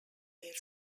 their